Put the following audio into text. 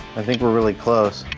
i think we're really close.